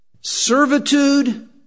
servitude